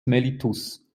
mellitus